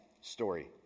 story